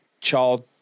child